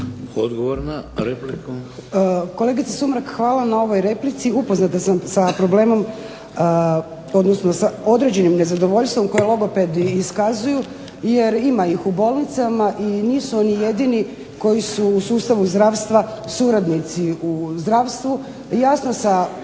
Odgovor na repliku. Kolegice Sumrak hvala vam na ovoj replici upoznata sam sa problemom odnosno sa određenim nezadovoljstvom koje logopedi iskazuju jer ima ih u bolnicama i nisu oni jedini koji su u sustavu zdravstva suradnici u zdravstvu jasno